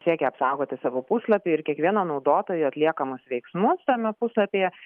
siekia apsaugoti savo puslapį ir kiekvieno naudotojo atliekamus veiksmus tame puslapyje